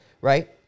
Right